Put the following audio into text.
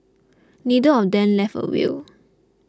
neither of them left a will